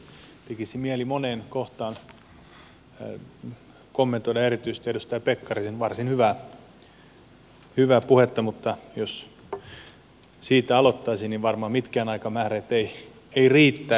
voi voi kun tekisi mieli moneen kohtaan kommentoida erityisesti edustaja pekkarisen varsin hyvää puhetta mutta jos siitä aloittaisin niin varmaan mitkään aikamääreet eivät riittäisi